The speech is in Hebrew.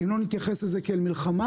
אם לא נתייחס לזה כאל מלחמה,